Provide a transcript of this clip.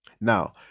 now